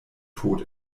tot